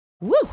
Woo